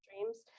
dreams